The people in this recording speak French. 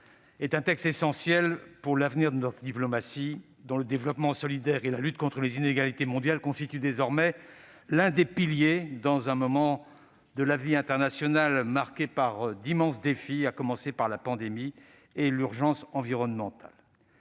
mois, est essentiel pour l'avenir de notre diplomatie, dont le développement solidaire et la lutte contre les inégalités mondiales constituent désormais l'un des piliers, alors que la vie internationale est marquée par d'immenses défis, à commencer par la pandémie et l'urgence environnementale.